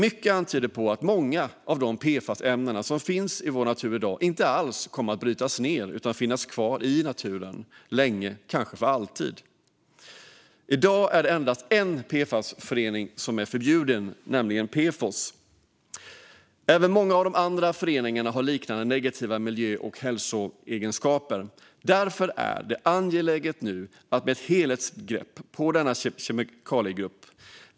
Mycket tyder på att många av de PFAS-ämnen som finns i vår natur i dag inte alls kommer att brytas ned utan finnas kvar i naturen länge - kanske för alltid. I dag är det endast en PFAS-förening som är förbjuden, nämligen PFOS. Även många av de andra föreningarna har liknande negativa miljö och hälsoegenskaper. Därför är det nu angeläget med ett helhetsgrepp på denna kemikaliegrupp.